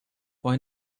why